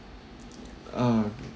uh okay